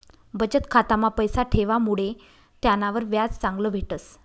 बचत खाता मा पैसा ठेवामुडे त्यानावर व्याज चांगलं भेटस